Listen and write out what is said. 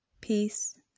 peace